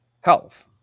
health